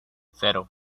cero